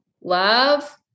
love